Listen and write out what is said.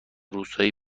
روستایی